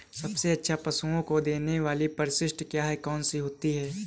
सबसे अच्छा पशुओं को देने वाली परिशिष्ट क्या है? कौन सी होती है?